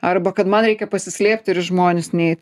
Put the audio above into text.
arba kad man reikia pasislėpti ir žmones neit